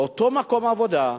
באותו מקום עבודה,